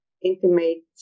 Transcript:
intimate